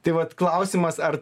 tai vat klausimas ar